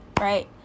right